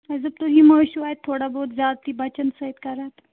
اَسہِ دوٚپ تُہی ما ٲسِو اَتہِ تھوڑا بہت زیادٕتی بَچَن سۭتۍ کَران تہٕ